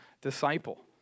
disciple